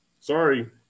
Sorry